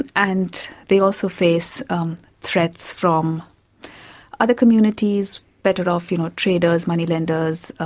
and they also face threats from other communities, better off you know traders, money lenders, ah